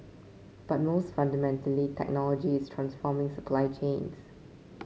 but most fundamentally technology is transforming supply chains